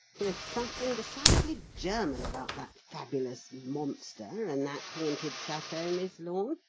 there's something decidedly german about that fabulous monster and that haunted chateau, miss lorne.